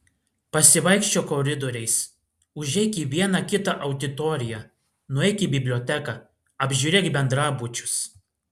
pasivaikščiok koridoriais užeik į vieną kitą auditoriją nueik į biblioteką apžiūrėk bendrabučius